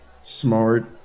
smart